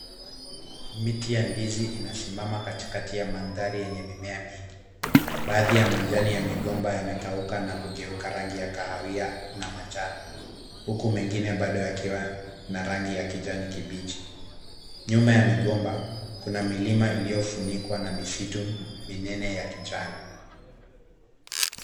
Miti ya ndizi inasimama katikati ya mandhari yenye mimea mingi. Baadhi ya majani ya migomba yamekauka na kugeuka rangi ya kahawia na manjano, huku mengine bado yakiwa na rangi ya kijani kibichi. Nyuma ya migomba kuna milima iliyofunikwa na misitu minene ya kijani.